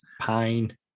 Pine